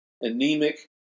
anemic